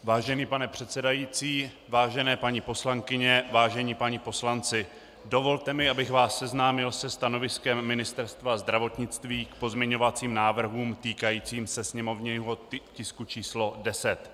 Vážený pane předsedající, vážené paní poslankyně, vážení páni poslanci, dovolte mi, abych vás seznámil se stanoviskem Ministerstva zdravotnictví k pozměňovacím návrhům týkajícím se sněmovního tisku č. 10.